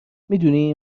میدونی